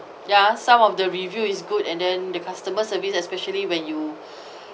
ya some of the review is good and then the customer service especially when you